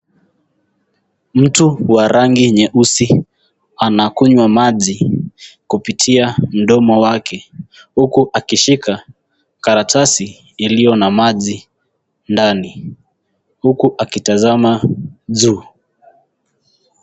Mtu wa rangi nyeusi anakunywa maji kupitia mdomo wake huku akishika karatasi iliyo na maji ndani huku akitazama juu.